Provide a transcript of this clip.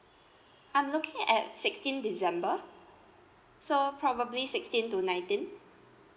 I'm looking at sixteen december so probably sixteen to nineteen